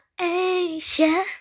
Asia